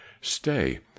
Stay